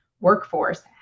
workforce